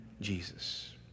Jesus